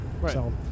Right